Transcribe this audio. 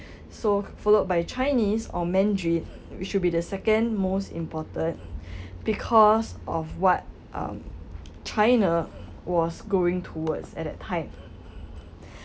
so followed by chinese or mandarin which will be the second most important because of what china was going towards at that time